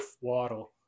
Waddle